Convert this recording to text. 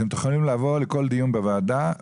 אתם יכולים לבוא לכל דיון בוועדה,